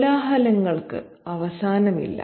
കോലാഹലങ്ങൾക്ക് അവസാനമില്ല